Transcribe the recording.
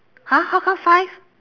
!huh! how come five